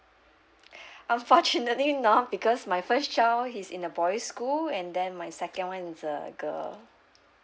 unfortunately not because my first child he's in a boy school and then my second [one] is a girl